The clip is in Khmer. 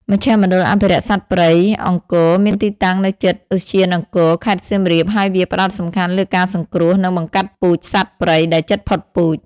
មជ្ឈមណ្ឌលអភិរក្សសត្វព្រៃអង្គរមានទីតាំងនៅជិតឧទ្យានអង្គរ ខេត្តសៀមរាប ហើយវា ផ្តោតសំខាន់លើការសង្គ្រោះ និងបង្កាត់ពូជសត្វព្រៃដែលជិតផុតពូជ។